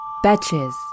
Batches